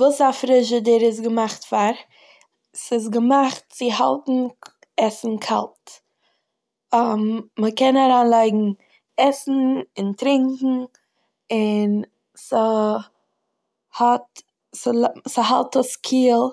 וואס א פריזדשעדער איז געמאכט פאר. ס'איז געמאכט צו האלטן עסן קאלט. מ'קען אריינלייגן עסן און טרינקען, און ס'האט- ס'לא- ס'האלט עס קיעל